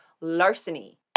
larceny